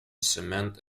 cement